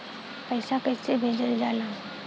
पैसा कैसे भेजल जाला?